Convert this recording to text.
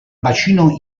bacino